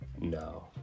no